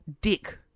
dick